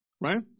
right